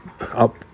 up